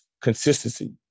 consistency